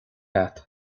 agat